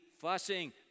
fussing